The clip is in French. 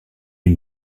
une